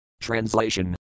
Translation